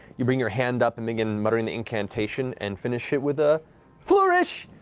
you bring your hand up and begin muttering the incantation and finish it with a iflourish!